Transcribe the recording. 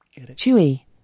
Chewie